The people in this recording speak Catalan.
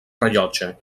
rellotge